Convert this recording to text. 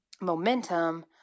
momentum